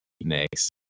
next